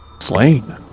slain